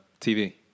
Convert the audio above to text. TV